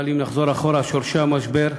אבל אם נחזור אחורה, לשורשי המשבר,